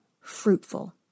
fruitful